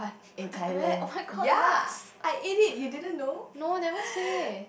in Thailand ya I ate it you didn't know